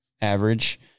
average